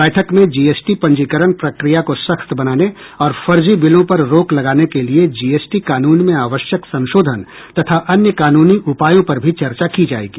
बैठक में जीएसटी पंजीकरण प्रक्रिया को सख्त बनाने और फर्जी बिलों पर रोक लगाने के लिए जीएसटी कानून में आवश्यक संशोधन तथा अन्य कानूनी उपायों पर भी चर्चा की जाएगी